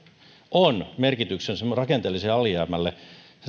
on merkityksensä rakenteelliselle alijäämälle